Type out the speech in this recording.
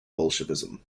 bolshevism